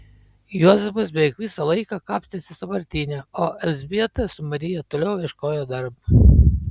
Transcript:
juozapas beveik visą laiką kapstėsi sąvartyne o elzbieta su marija toliau ieškojo darbo